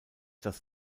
das